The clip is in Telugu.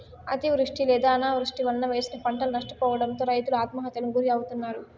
అతివృష్టి లేదా అనావృష్టి వలన వేసిన పంటలు నష్టపోవడంతో రైతులు ఆత్మహత్యలకు గురి అవుతన్నారు